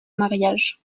mariage